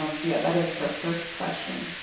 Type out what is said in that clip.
um so yeah that is her first question.